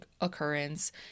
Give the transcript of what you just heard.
occurrence